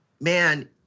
man